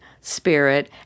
Spirit